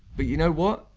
but you know what,